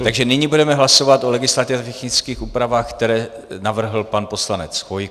Takže nyní budeme hlasovat o legislativně technických úpravách, které navrhl pan poslanec Chvojka.